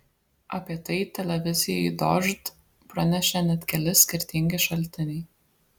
apie tai televizijai dožd pranešė net keli skirtingi šaltiniai